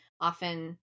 often